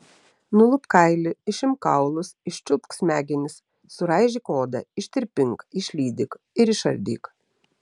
nulupk kailį išimk kaulus iščiulpk smegenis suraižyk odą ištirpink išlydyk ir išardyk